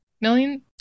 million